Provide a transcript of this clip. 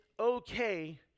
okay